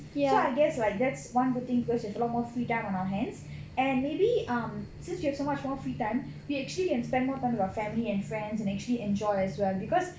so I guess like that's one good thing because we have like a lot more free time on our hands and maybe um since you have so much more free time we actually can spend more time with our family and friends and actually enjoy as well because